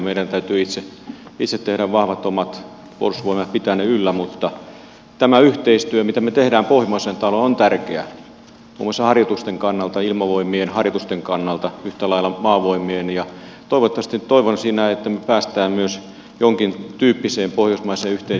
meidän täytyy itse tehdä vahvat omat puolustusvoimat pitää niitä yllä mutta tämä yhteistyö mitä me teemme pohjoismaiden taholla on tärkeää muun muassa harjoitusten kannalta ilmavoimien ja yhtä lailla maavoimien ja toivoisin että me pääsemme myös jonkintyyppiseen pohjoismaiseen yhteiseen materiaalihankintaan